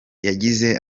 yagize